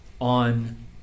on